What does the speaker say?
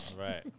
Right